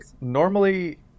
Normally